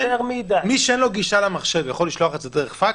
מי שאין לו גישה במחשב, יכול לשלוח בפקס?